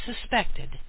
suspected